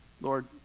Lord